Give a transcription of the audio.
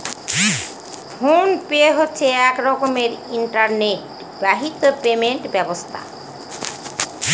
phone pay হচ্ছে এক রকমের ইন্টারনেট বাহিত পেমেন্ট ব্যবস্থা